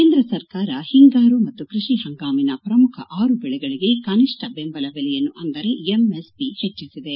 ಕೇಂದ್ರ ಸರ್ಕಾರ ಹಿಂಗಾರು ಮತ್ತು ಕೃಷಿ ಹಂಗಾಮಿನ ಪ್ರಮುಖ ಆರು ಬೆಳೆಗಳಿಗೆ ಕನಿಷ್ಠ ಬೆಂಬಲ ಬೆಲೆಯನ್ನು ಅಂದರೆ ಎಂಎಸ್ಪಿ ಹೆಜ್ಜಿಸಿದೆ